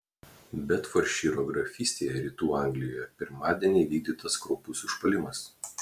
bedfordšyro grafystėje rytų anglijoje pirmadienį įvykdytas kraupus užpuolimas